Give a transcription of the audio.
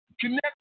connect